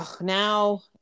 now